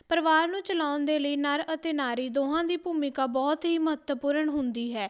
ਪਰਿਵਾਰ ਨੂੰ ਚਲਾਉਣ ਦੇ ਲਈ ਨਰ ਅਤੇ ਨਾਰੀ ਦੋਹਾਂ ਦੀ ਭੂਮਿਕਾ ਬਹੁਤ ਹੀ ਮਹੱਤਵਪੂਰਨ ਹੁੰਦੀ ਹੈ